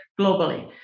globally